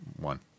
one